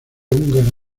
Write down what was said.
húngara